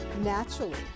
naturally